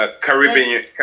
Caribbean